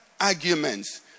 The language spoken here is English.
arguments